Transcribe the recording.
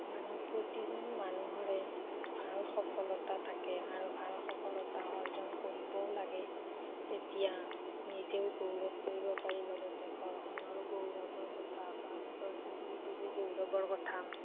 মান প্ৰতিজন মানুহৰে ভাল সফলতা থাকে আৰু ভাল সফলতা অৰ্জন কৰিবও লাগে তেতিয়া নিজেও গৌৰৱ কৰিব পাৰি লগতে ঘৰখনৰো গৌৰৱৰ কথা বা ওচৰ চুবুৰীটোৰো গৌৰৱৰ কথা